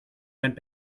went